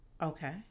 Okay